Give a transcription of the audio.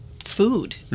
food